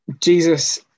Jesus